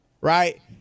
right